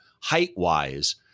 height-wise